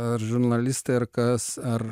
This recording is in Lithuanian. ar žurnalistai ar kas ar